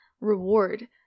reward